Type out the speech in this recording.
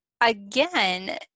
again